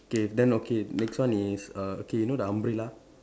K then okay the next one is uh okay you know the umbrella